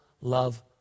love